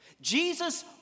Jesus